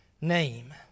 name